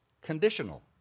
conditional